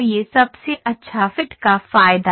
यह सबसे अच्छा फिट का फायदा है